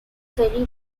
ferry